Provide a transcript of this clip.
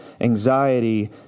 Anxiety